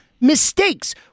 mistakes